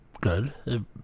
good